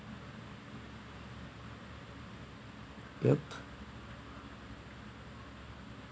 yup